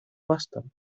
bastan